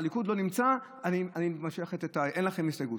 "הליכוד לא נמצא, אין לכם הסתייגות".